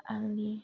आंनि